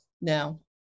now